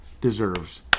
deserves